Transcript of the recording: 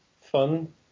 fun